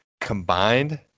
Combined